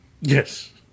Yes